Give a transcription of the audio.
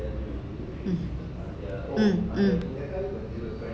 mm mm mm